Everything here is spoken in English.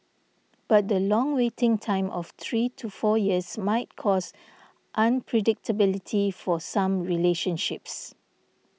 but the long waiting time of three to four years might cause unpredictability for some relationships